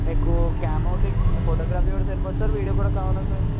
మీకు క్యామ్ ఒకటి ఫోటోగ్రఫీ ఒకటి సరిపోతుందా సార్ వీడియో కూడా కావాలా సార్